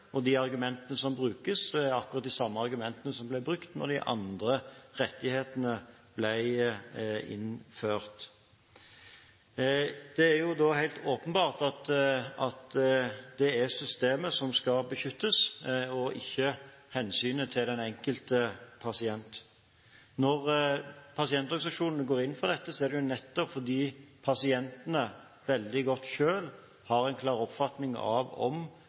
De argumentene som brukes, er akkurat de samme argumentene som ble brukt da de andre rettighetene ble innført. Det er helt åpenbart at det er systemet som skal beskyttes, og ikke hensynet til den enkelte pasienten. Når pasientorganisasjonene går inn for dette, er det nettopp fordi pasientene veldig godt selv har en klar oppfatning om